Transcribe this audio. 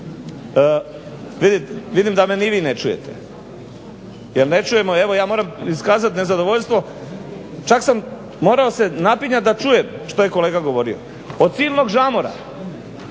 vidim da me ni vi ne čujete jer ne čujemo ja moram iskazati nezadovoljstvo čak sam se morao napinjati da čujem šta je kolega govorio od silnog žamora.